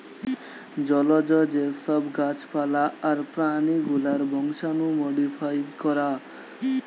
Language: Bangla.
জলজ যে সব গাছ পালা আর প্রাণী গুলার বংশাণু মোডিফাই করা